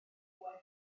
owen